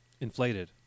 Inflated